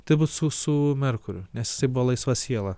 tai būt su su merkuriu nes jis buvo laisva siela